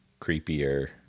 creepier